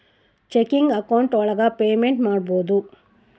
checking account ಒಳಗ payment ಮಾಡ್ಬೋದು